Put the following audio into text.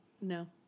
No